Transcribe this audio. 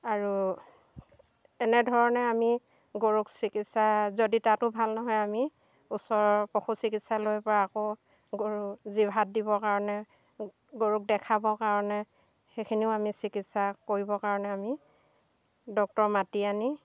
আৰু এনেধৰণে আমি গৰুক চিকিৎসা যদি তাতো ভাল নহয় আমি ওচৰৰ পশু চিকিৎসালয়ৰ পৰা আকৌ গৰুক জিভাত দিবৰ কাৰণে গৰুক দেখাবৰ কাৰণে সেইখিনিও আমি চিকিৎসা কৰিব কাৰণে আমি ডক্টৰ মাতি আনি